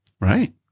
Right